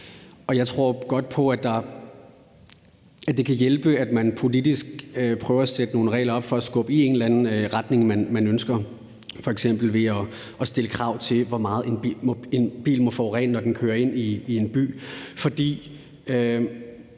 Jeg tror på, at det godt kan hjælpe, at man politisk prøver at sætte nogle regler op for at skubbe i en eller anden retning, man ønsker, f.eks. ved at stille krav til, hvor meget en bil må forurene, når den kører ind i en by.